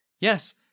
Yes